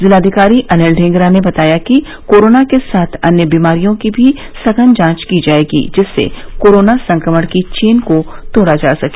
जिलाधिकारी अनिल ढींगरा ने बताया कि कोरोना के साथ अन्य बीमारियों की भी सघन जांच की जायेगी जिससे कोरोना संक्रमण की चेन को तोड़ा जा सके